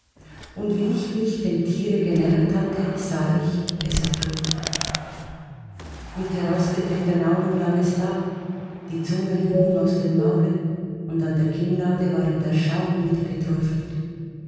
und wie ich mich dem tiere genähert hatte sah ich es war tot mit herausgedrehten augen lag es da die zunge hing ihm aus dem maule und an der kinnlade war ihm der schaum